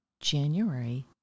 January